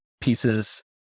pieces